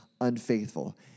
unfaithful